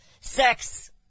sex